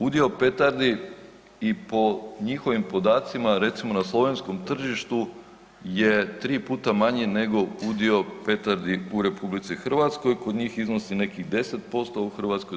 Udio petardi i po njihovim podacima, recimo na slovenskom tržištu je 3 puta manji nego udio petardi u RH, kod njih iznosi nekih 10%, a u Hrvatskoj 29%